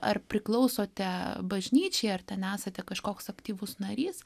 ar priklausote bažnyčiai ar ten nesate kažkoks aktyvus narys